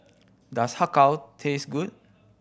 does Har Kow taste good